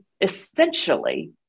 essentially